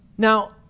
Now